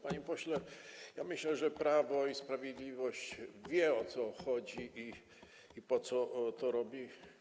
Panie pośle, ja myślę, że Prawo i Sprawiedliwość wie, o co chodzi i po co to robi.